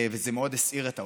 וזה הסעיר מאוד את העולם.